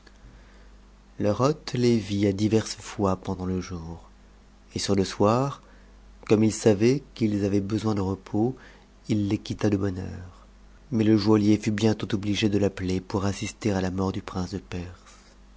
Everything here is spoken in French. h les vit à diverses fois pendant le jour et sur ïe soir comme ils savaient qu'ils avaient besoin de repos il les quitta de bonne heure mais joaillier fut bientôt obligé de l'appeler pour assister à la mort du prince je perse